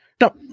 Now